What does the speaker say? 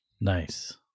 Nice